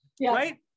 right